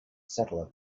settler